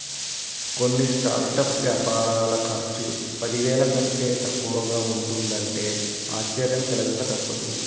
కొన్ని స్టార్టప్ వ్యాపారాల ఖర్చు పదివేల కంటే తక్కువగా ఉంటున్నదంటే ఆశ్చర్యం కలగక తప్పదు